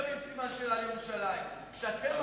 מי ששם סימן שאלה על ירושלים זה אתם.